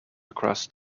across